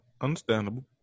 Understandable